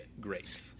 great